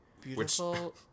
Beautiful